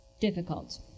difficult